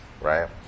right